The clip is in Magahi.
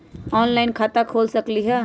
ऑनलाइन खाता खोल सकलीह?